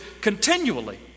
continually